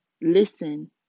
listen